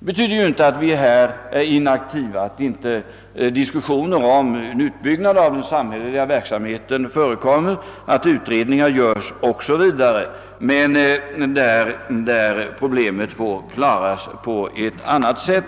betyder inte att vi är inaktiva i detta avseende, att inte diskussioner om en utbyggnad av den samhälleliga verksamheten förekommer, att inte utredningar görs o.s.v. Men problemet får där klaras på ett annat sätt.